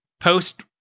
post